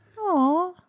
Aw